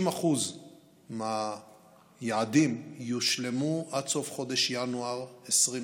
50% מהיעדים יושלמו עד סוף חודש ינואר 2021,